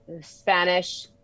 Spanish